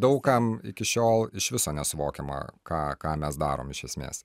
daug kam iki šiol iš viso nesuvokiama ką ką mes darom iš esmės